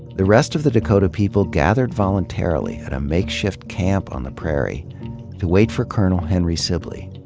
the rest of the dakota people gathered voluntarily at a makeshift camp on the prairie to wait for colonel henry sibley.